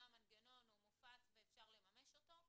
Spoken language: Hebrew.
מה המנגנון, הוא מופץ ואפשר לממש אותו.